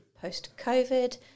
post-COVID